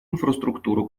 инфраструктуру